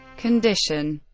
condition